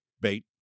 bait